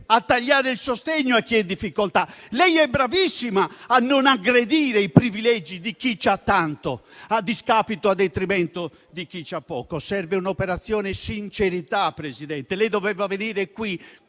a tagliare il sostegno a chi è in difficoltà; lei è bravissima a non aggredire i privilegi di chi ha tanto, a discapito e detrimento di chi ha poco. Serve un'operazione sincerità, Presidente. Lei doveva venire qui